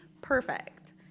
perfect